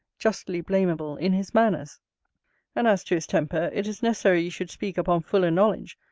justly blamable in his manners and as to his temper, it is necessary you should speak upon fuller knowledge,